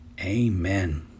amen